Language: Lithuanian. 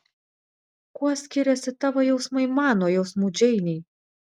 kuo skiriasi tavo jausmai man nuo jausmų džeinei